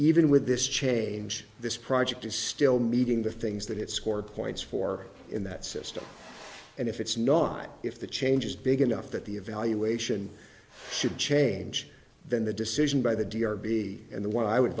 even with this change this project is still meeting the things that it scored points for in that system and if it's not if the change is big enough that the evaluation should change then the decision by the d or b and the what i would